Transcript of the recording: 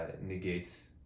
negates